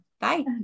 Bye